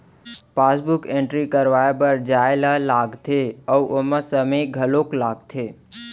passbook entry करवाए बर जाए ल लागथे अउ ओमा समे घलौक लागथे